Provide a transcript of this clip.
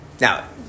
Now